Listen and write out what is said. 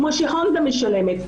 כמו שהונדה משלמת.